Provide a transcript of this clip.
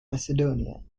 macedonia